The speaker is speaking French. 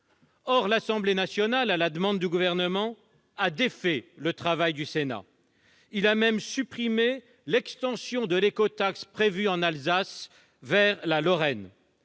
Or l'Assemblée nationale, à la demande du Gouvernement, a défait le travail du Sénat. Elle a même supprimé l'extension de l'écotaxe prévue en Alsace vers la Lorraine.